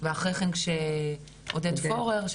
ואחרי כן כשעודד פורר,